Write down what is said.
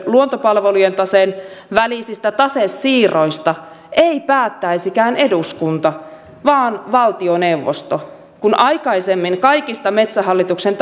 luontopalvelujen taseen välisistä tasesiirroista ei päättäisikään eduskunta vaan valtioneuvosto kun aikaisemmin kaikista metsähallituksen